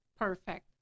perfect